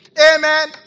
Amen